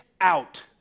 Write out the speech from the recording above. out